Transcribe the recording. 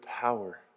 power